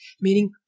meaning